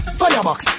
firebox